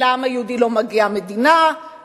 שלעם היהודי לא מגיעה מדינה,